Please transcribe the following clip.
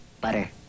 Butter